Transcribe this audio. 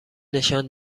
نشان